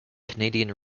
canadian